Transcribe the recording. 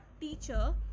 teacher